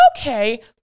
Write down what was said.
okay